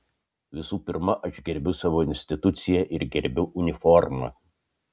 visų pirma aš gerbiu savo instituciją ir gerbiu uniformą